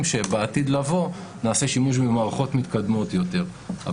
שבעתיד לבוא נעשה שימוש במערכות מתקדמות יותר.